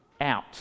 out